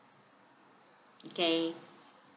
okay